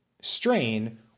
strain